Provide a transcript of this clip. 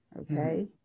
okay